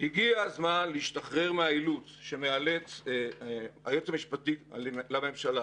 הגיע הזמן להשתחרר מהאילוץ שמאלץ היועץ המשפטי לממשלה